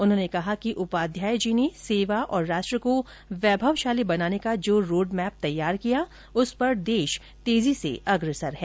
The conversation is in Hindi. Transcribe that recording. उन्होंने कहा कि उपाध्याय जी ने सेवा और राष्ट्र को वैभवशाली बनाने का जो रोड मैप तैयार किया उस पर देश तेजी से अग्रसर है